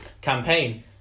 campaign